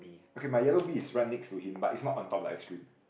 okay my yellow bee is right next to him but it's not on top the ice cream